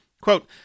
Quote